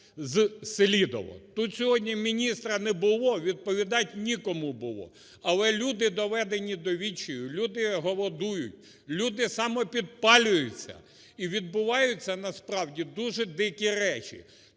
Тут сьогодні міністра не було, відповідати нікому було. Але люди доведені до відчаю, люди голодують, люди самопідпалюються, і відбуваються насправді дуже дики речі.